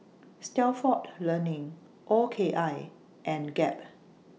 Stalford Learning O K I and Gap